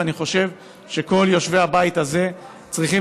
ואני חושב שכל יושבי הבית הזה צריכים